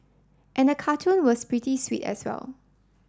and the cartoon was pretty sweet as well